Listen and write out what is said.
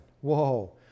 Whoa